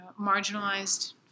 marginalized